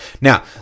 now